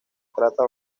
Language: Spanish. trata